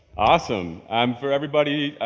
awesome. um for everybody,